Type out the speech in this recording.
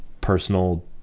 personal